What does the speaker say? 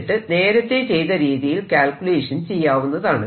എന്നിട്ട് നേരത്തെ ചെയ്ത രീതിയിൽ ക്യാൽകുലേഷൻ ചെയ്യാവുന്നതാണ്